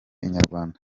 inyarwanda